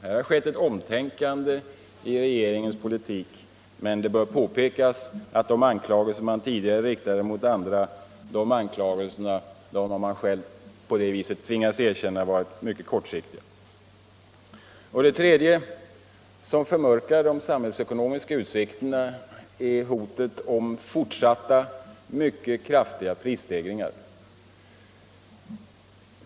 Här har skett ett omtänkande i regeringens politik, och det bör påpekas att man från regeringens sida tvingats erkänna att de anklagelser man tidigare riktade mot andra hade mycket kort giltighet. Vad som vidare förmörkar de samhällsekonomiska utsikterna är hotet om fortsatta mycket kraftiga prisstegringar.